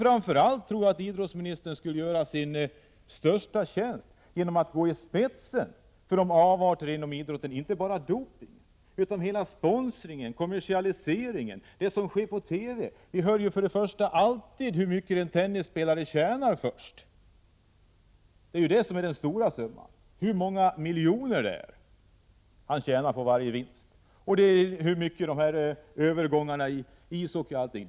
Framför allt tror jag att idrottsministern skulle göra den största tjänsten genom att gå i spetsen för avarterna inom idrotten, inte bara dopingen, utan all sponsring, kommersialisering, det som sker på TV området. Först av allt, t.ex., hör vi på TV om hur mycket en tennisspelare tjänar. Det är det som är det stora, hur många miljoner kronor man tjänar vid varje vunnen turnering, och hur stora övergångssummorna är inom ishockeyn m.m.